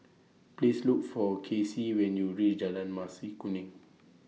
Please Look For Casey when YOU REACH Jalan Mas Kuning